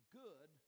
good